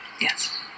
Yes